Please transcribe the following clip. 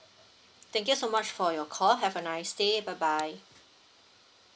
thank you so much for your call have a nice day bye bye